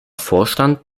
vorstand